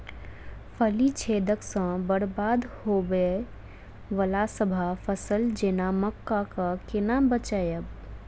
फली छेदक सँ बरबाद होबय वलासभ फसल जेना मक्का कऽ केना बचयब?